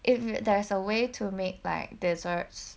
if there's a way to make like desserts